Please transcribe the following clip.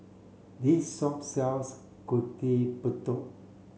this shop sells Gudeg Putih